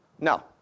No